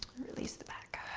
release the back.